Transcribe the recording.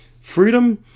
Freedom